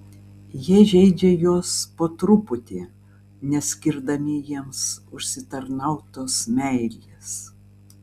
jie žeidžia juos po truputį neskirdami jiems užsitarnautos meilės